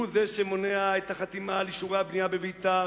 הוא זה שמונע את החתימה על אישורי הבנייה בביתר,